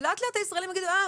לאט-לאט הישראלים יגידו - אה,